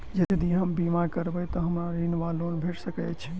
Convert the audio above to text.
यदि हम बीमा करबै तऽ हमरा ऋण वा लोन भेट सकैत अछि?